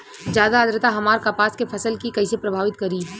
ज्यादा आद्रता हमार कपास के फसल कि कइसे प्रभावित करी?